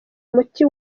umuti